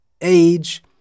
age